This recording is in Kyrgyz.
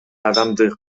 адамды